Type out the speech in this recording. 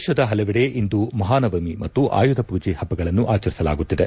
ದೇಶದ ಹಲವೆಡೆ ಇಂದು ಮಹಾನವಮಿ ಮತ್ತು ಆಯುಧಪೂಜೆ ಹಭ್ಗಳನ್ನು ಆಚರಿಸಲಾಗುತ್ತಿದೆ